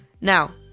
Now